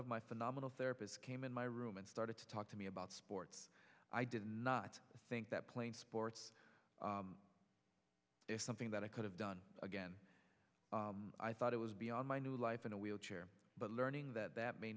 of my phenomenal therapists came in my room and started to talk to me about sports i did not think that playing sports is something that i could have done again i thought it was beyond my new life in a wheelchair but learning that that may